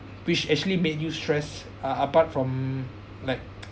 which actually make you stress uh apart from like